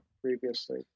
previously